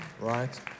right